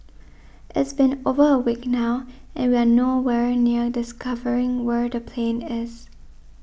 it's been over a week now and we are no where near discovering where the plane is